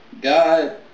God